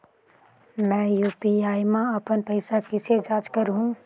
मैं यू.पी.आई मा अपन पइसा कइसे जांच करहु?